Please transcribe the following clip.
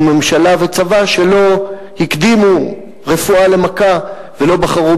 וממשלה וצבא שלא הקדימו רפואה למכה ולא בחרו